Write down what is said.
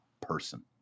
person